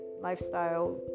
lifestyle